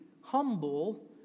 Humble